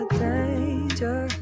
danger